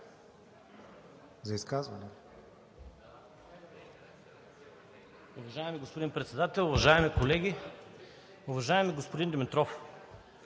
за изказване.